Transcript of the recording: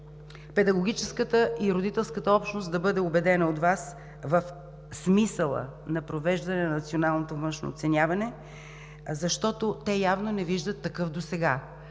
педагогическата и родителската общност да бъде убедена от Вас в смисъла на провеждане на националното външно оценяване, защото те явно не виждат такъв досега.